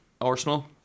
Arsenal